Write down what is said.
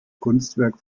kunstwerk